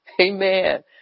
Amen